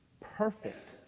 perfect